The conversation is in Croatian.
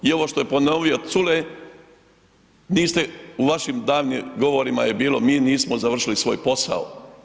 I ovo što je ponovio Culej, niste, u vašim daljnjim govorima je bilo mi nismo završili svoj posao.